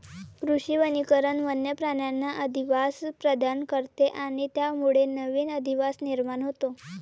कृषी वनीकरण वन्य प्राण्यांना अधिवास प्रदान करते आणि त्यामुळे नवीन अधिवास निर्माण होतो